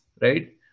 right